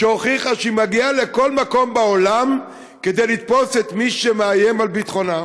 שהוכיחה שהיא מגיעה לכל מקום בעולם כדי לתפוס את מי שמאיים על ביטחונה,